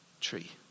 tree